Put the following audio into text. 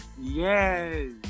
Yes